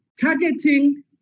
targeting